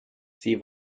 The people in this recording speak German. sie